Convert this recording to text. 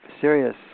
serious